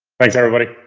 thanks everybody.